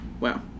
Wow